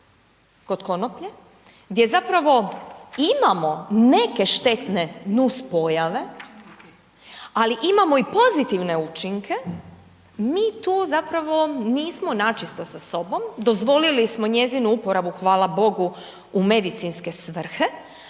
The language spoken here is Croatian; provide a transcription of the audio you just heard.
kod konoplje, gdje zapravo imamo neke štetne nuspojave, ali imamo i pozitivne učinke, mi tu zapravo nismo na čisto sa sobom, dozvolili smo njezinu uporabu, hvala Bogu u medicinske svrhe,